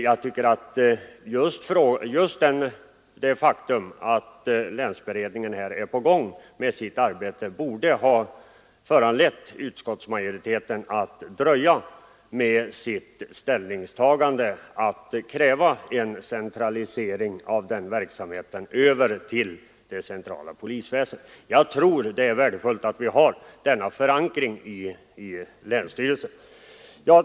Jag tycker att just det faktum att länsberedningen här är på gång med sitt arbete borde ha föranlett utskottets majoritet att dröja med sitt ställningstagande att kräva en centralisering av länspolischefsorganisationen till det centrala polisväsendet. Jag tycker att det är värdefullt med förankring i länsstyrelserna.